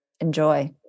Enjoy